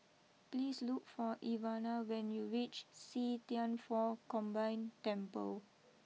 please look for Ivana when you reach see Thian Foh Combined Temple